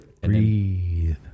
Breathe